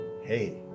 hey